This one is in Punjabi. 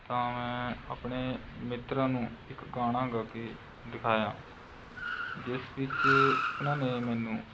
ਤਾਂ ਮੈਂ ਆਪਣੇ ਮਿੱਤਰਾਂ ਨੂੰ ਇੱਕ ਗਾਣਾ ਗਾ ਕੇ ਦਿਖਾਇਆ ਜਿਸ ਵਿੱਚ ਉਹਨਾਂ ਨੇ ਮੈਨੂੰ